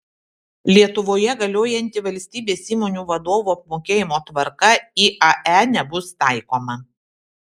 lietuvoje galiojanti valstybės įmonių vadovų apmokėjimo tvarka iae nebus taikoma